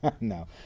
No